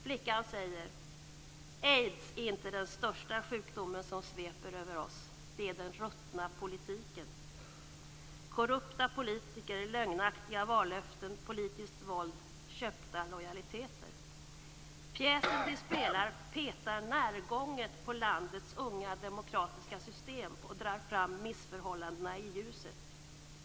Flickan säger: "Aids är inte den största sjukdomen som sveper över oss, det är den ruttna politiken" - korrupta politiker, lögnaktiga vallöften, politiskt våld och köpta lojaliteter. Pjäsen som spelas petar närgånget på landets unga demokratiska system och drar fram missförhållandena i ljuset.